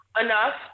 enough